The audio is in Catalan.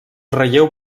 relleu